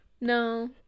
No